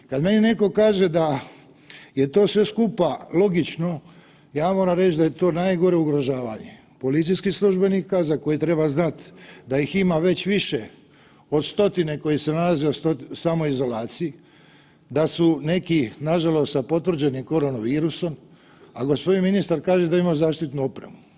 Kad meni netko kaže da je to sve skupa logično, ja moram reći da je to najgore ugrožavanje policijskih službenika za koje treba znati da ih ima već više od 100-tine koji se nalaze u samoizolaciji, da su neki nažalost sa potvrđenim korona virusom, a gospodin ministar kaže da imaju zaštitnu opremu.